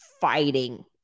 fighting